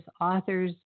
authors